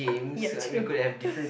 ya true